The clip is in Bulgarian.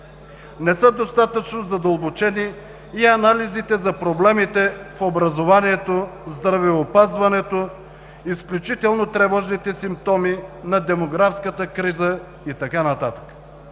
Не са достатъчно задълбочени и анализите за проблемите в образованието, здравеопазването – изключително тревожните симптоми на демографската криза и така